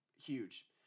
huge